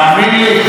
תאמין לי,